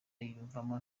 yiyumvamo